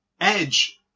Edge